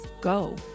go